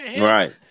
Right